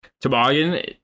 toboggan